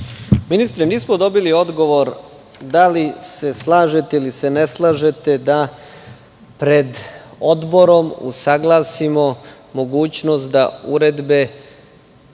Ministre, nismo dobili odgovor da li se slažete ili se ne slažete da pred Odborom usaglasimo mogućnost da uredbe